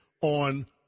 on